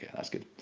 that's good!